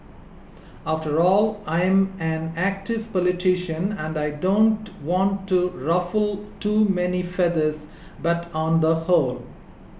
after all I'm an active politician and I don't want to ruffle too many feathers but on the whole